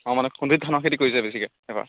অঁ মানে কোনবিধ ধানৰ খেতি কৰিছে বেছিকৈ এইবাৰ